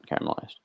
caramelized